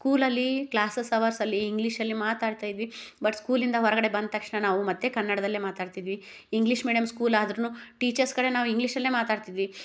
ಸ್ಕೂಲಲ್ಲಿ ಕ್ಲಾಸಸ್ ಅವರ್ಸಲ್ಲಿ ಇಂಗ್ಲೀಷಲ್ಲಿ ಮಾತಾಡ್ತಾ ಇದ್ವಿ ಬಟ್ ಸ್ಕೂಲಿಂದ ಹೊರಗಡೆ ಬಂದ ತಕ್ಷಣ ನಾವು ಮತ್ತು ಕನ್ನಡದಲ್ಲೇ ಮಾತಾಡ್ತಿದ್ವಿ ಇಂಗ್ಲೀಷ್ ಮೇಡ್ಯಮ್ ಸ್ಕೂಲ್ ಆದರೂನು ಟೀಚರ್ಸ್ ಕಡೆ ನಾವು ಇಂಗ್ಲೀಷಲ್ಲೇ ಮಾತಾಡ್ತಿದ್ವಿ